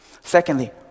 Secondly